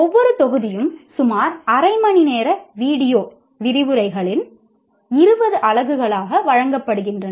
ஒவ்வொரு தொகுதியும் சுமார் அரை மணி நேர வீடியோ விரிவுரைகளின் 20 அலகுகளாக வழங்கப்படுகின்றன